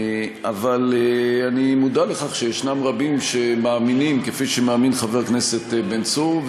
אבל אני מודע לכך שיש רבים שמאמינים כפי שמאמין חבר הכנסת בן צור,